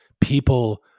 people